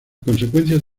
consecuencias